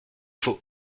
faut